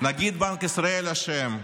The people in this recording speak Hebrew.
נגיד בנק ישראל אשם,